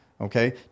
Okay